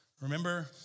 Remember